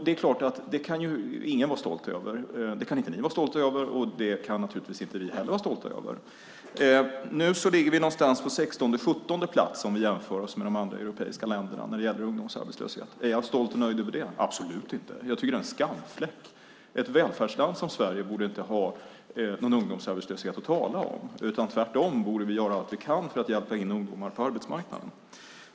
Det kan ingen vara stolt över. Det kan inte ni vara stolta över, och det kan naturligtvis inte vi heller vara stolta över. Nu ligger vi någonstans på 16:e till 17:e plats om vi jämför oss med de andra europeiska länderna när det gäller ungdomsarbetslöshet. Är jag stolt och nöjd över det? Absolut inte! Jag tycker att det är en skamfläck. Ett välfärdsland som Sverige borde inte ha någon ungdomsarbetslöshet att tala om. Tvärtom borde vi göra allt vi kan för att hjälpa ungdomar in på arbetsmarknaden.